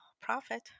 profit